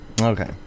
okay